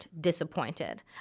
disappointed